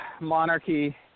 monarchy